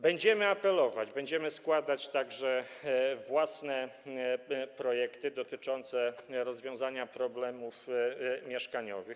Będziemy apelować, będziemy składać także własne projekty dotyczące rozwiązania problemów mieszkaniowych.